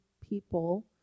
people